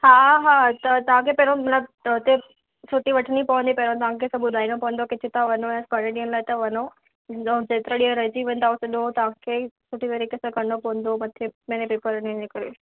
हा हा त तव्हांखे पहिरों मतिलबु त हुते छुटी वठणी पवंदी पहिरों तव्हांखे सभु ॿुधाइणो पवंदो किथे था वञो ऐं घणे ॾींहंनि लाइ था वञो ईंदौ जेतिरा ॾींहं रहिजी वेंदा सॼो तव्हांखे ई सुठे तरीके सां करणो पवंदो मथे महीने पेपर आहिनि हिन करे